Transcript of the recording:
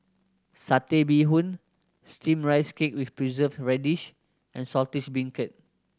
Satay Bee Hoon Steamed Rice Cake with Preserved Radish and Saltish Beancurd